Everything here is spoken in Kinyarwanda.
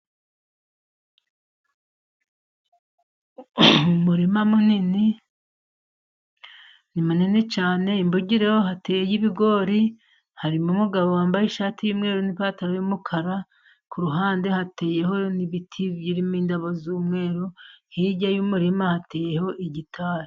Umurima munini, ni munini cyane. Imbugiro hateyeho ibigori, harimo umugabo wambaye ishati y'umweru n'ipantaro y'umukara. Ku ruhande hateyeho n'ibiti birimo indabo z'umweru, hirya y'umurima hateyeho gitari.